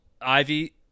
Ivy